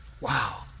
Wow